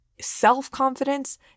Self-confidence